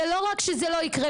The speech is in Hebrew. זה לא רק שזה לא יקרה.